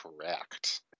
correct